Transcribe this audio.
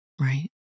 Right